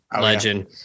legend